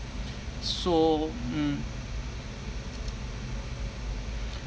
so mm